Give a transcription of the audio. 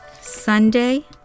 Sunday